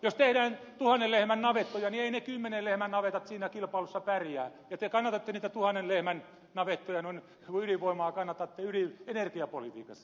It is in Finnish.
jos tehdään tuhannen lehmän navettoja niin eivät ne kymmenen lehmän navetat siinä kilpailussa pärjää ja te kannatatte niitä tuhannen lehmän navettoja kun ydinvoimaa kannatatte energiapolitiikassa